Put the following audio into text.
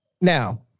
Now